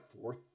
fourth